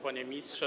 Panie Ministrze!